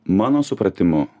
mano supratimu